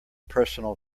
personal